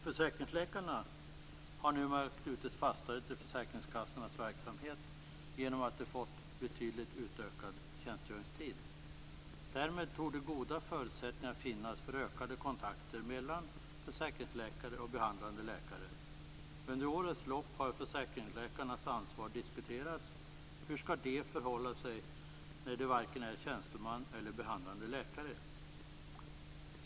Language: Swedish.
Försäkringsläkarna har numera knutits fastare till försäkringskassornas verksamhet genom att de fått betydligt utökad tjänstgöringstid. Därmed torde goda förutsättningar finnas för ökade kontakter mellan försäkringsläkare och behandlande läkare. Under årens lopp har försäkringsläkarnas ansvar diskuterats. Hur skall de förhålla sig när de varken är tjänstemän eller behandlande läkare?